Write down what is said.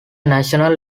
national